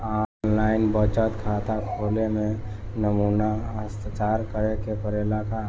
आन line बचत खाता खोले में नमूना हस्ताक्षर करेके पड़ेला का?